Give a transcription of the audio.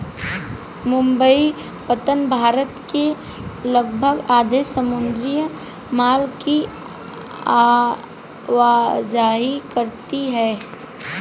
मुंबई पत्तन भारत के लगभग आधे समुद्री माल की आवाजाही करता है